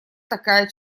такая